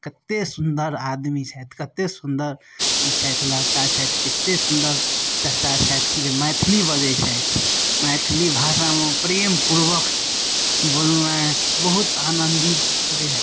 कते सुन्दर आदमी छथि कते सुन्दर ई छथि लड़का छथि कते सुन्दर चचा छथि जे मैथिली बजय छथि मैथिली भाषामे प्रेमपूर्वक बोलनाइ बहुत आनन्दी दे